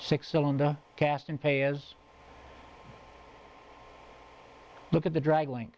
six cylinder cast and payers look at the drag link